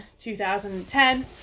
2010